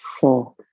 four